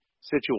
situation